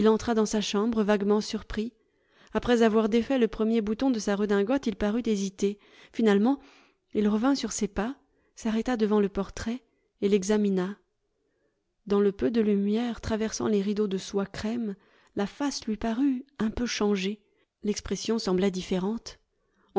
entra dans sa chambre vaguement surpris après avoir défait le premier bouton de sa redingote il parut hésiter finalement il revint sur ses pas s'arrêta devant le portrait et l'examina dans le peu de lumière traversant les rideaux de soie crème la face lui parut un peu changée l'expression semblait différente